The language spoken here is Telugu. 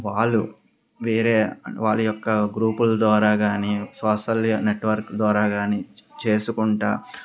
వాళ్ళు వేరే వాళ్ళ యొక్క గ్రూపుల ద్వారా గాని సోషల్ నెట్వర్క్ ద్వారా గాని చేసుకుంటూ